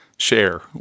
share